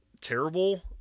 terrible